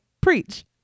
Preach